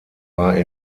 war